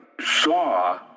saw